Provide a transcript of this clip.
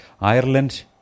Ireland